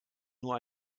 nur